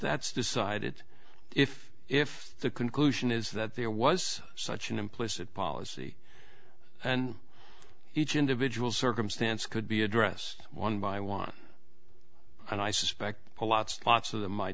that's decided if if the conclusion is that there was such an implicit policy and each individual circumstance could be addressed one by one and i suspect a lots lots of them i